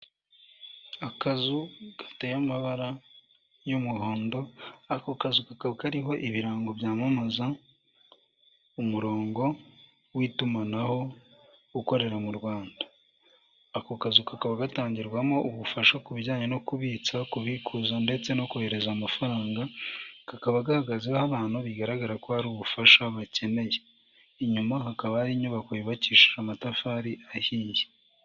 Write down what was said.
Akazu gateye amabara y'umuhondo, ako kazu kakaba kariho ibirango byamamaza umurongo w'itumanaho ukorera mu Rwanda, ako kazu kakaba gatangirwamo ubufasha ku bijyanye no kubitsa, kubikuza , ndetse no kohereza amafaranga, kakaba gahagaze ho abantu bigaragara ko hari ubufasha bakeneye, inyuma hakaba hari inyubako yubakishije amatafari ahiye.